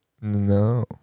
No